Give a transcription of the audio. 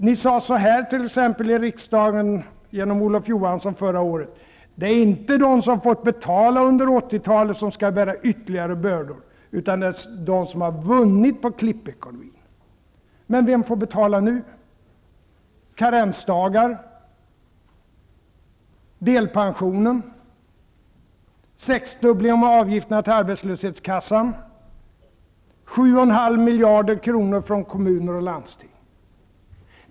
Olof Johansson sade i riksdagen förra året: Det är inte de som har fått betala under 80-talet som skall bära ytterligare bördor, utan de som har vunnit på klippekonomin. Men vem får betala nu: karensdagarna, delpensionen, sexdubblingen av avgifterna till arbetslöshetskassan, 7,5 miljarder kronor från kommuner och landsting?